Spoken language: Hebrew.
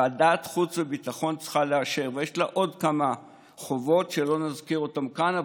ועדת חוץ וביטחון צריכה לאשר ויש לה עוד כמה חובות שלא נזכיר אותן כאן,